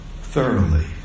thoroughly